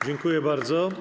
Dziękuję bardzo.